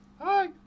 Hi